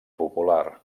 popular